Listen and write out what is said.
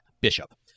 Bishop